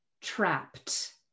trapped